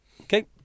Okay